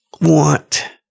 want